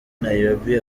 nairobi